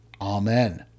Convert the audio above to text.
Amen